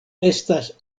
estas